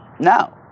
No